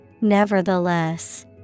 nevertheless